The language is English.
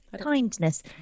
kindness